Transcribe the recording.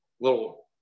little